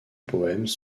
poèmes